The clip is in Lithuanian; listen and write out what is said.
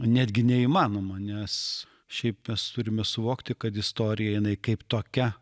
netgi neįmanoma nes šiaip mes turime suvokti kad istorija jinai kaip tokia